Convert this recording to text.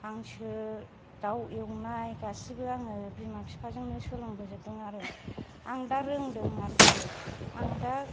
हांसो दाउ एउनाय गासिबो आङो बिमा बिफाजोंनो सोलोंबोजोबदों आरो आं दा रोंदो आरोखि आं दा